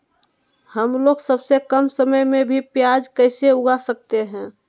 हमलोग सबसे कम समय में भी प्याज कैसे उगा सकते हैं?